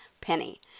penny